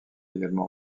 également